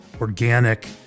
organic